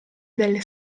delle